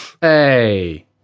hey